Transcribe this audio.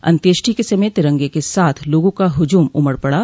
अन्त्येष्टि के समय तिरंगे के साथ लोगों का हुजूम उमड़ पड़ा